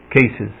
cases